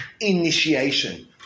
initiation